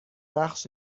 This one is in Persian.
بخش